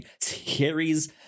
series